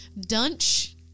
Dunch